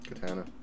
Katana